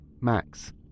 max